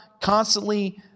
constantly